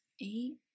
eight